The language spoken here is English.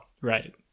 Right